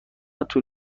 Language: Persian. طول